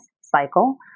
cycle